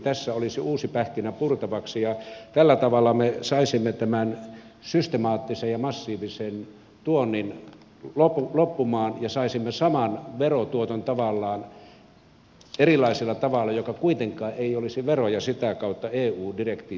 tässä olisi uusi pähkinä purtavaksi ja tällä tavalla me saisimme tämän systemaattisen ja massiivisen tuonnin loppumaan ja saisimme saman verotuoton tavallaan erilaisella tavalla joka kuitenkaan ei olisi vero ja sitä kautta eu direktiivien vastainen